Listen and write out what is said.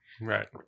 Right